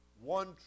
one